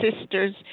sisters